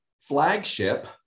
flagship